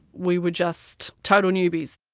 we were just total newbies.